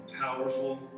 powerful